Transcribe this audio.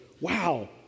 Wow